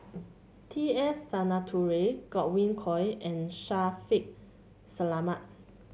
T S Sinnathuray Godwin Koay and Shaffiq Selamat